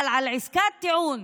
אבל על עסקת טיעון